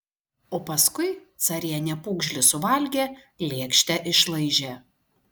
o paskui carienė pūgžlį suvalgė lėkštę išlaižė